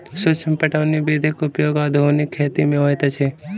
सूक्ष्म पटौनी विधिक उपयोग आधुनिक खेती मे होइत अछि